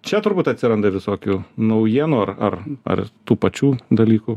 čia turbūt atsiranda visokių naujienų ar ar ar tų pačių dalykų